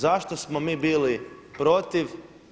Zašto smo mi bili protiv?